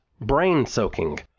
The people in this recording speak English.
brain-soaking